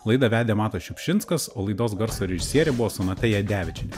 laidą vedė matas šiupšinskas o laidos garso režisierė buvo sonata jadevičienė